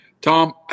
Tom